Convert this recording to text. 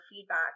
feedback